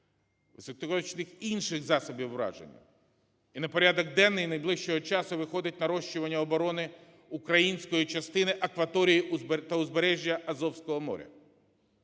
високоточних інших засобів ураження. І на порядок денний найближчого часу виходить нарощування оборони української частини акваторії та узбережжя Азовського моря.